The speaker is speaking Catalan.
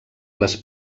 les